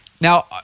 Now